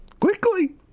Quickly